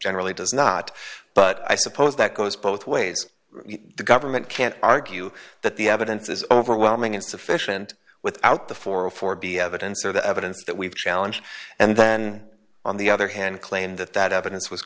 generally does not but i suppose that goes both ways the government can't argue that the evidence is overwhelming insufficient without the former for be evidence of the evidence that we've challenge and then on the other hand claim that that evidence was